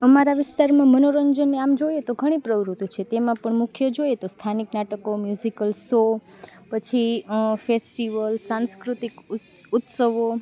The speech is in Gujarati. અમારા વિસ્તારમાં મનોરંજનને આમ જોઈએ તો ઘણી પ્રવૃત્તિ છે તેમાં પણ મુખ્ય જોઈએ તો સ્થાનિક નાટકો મ્યુઝિકલ સોફ પછી ફેસ્ટિવલ સાંસ્કૃતિક ઉત્સવો